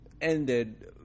ended